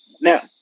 Now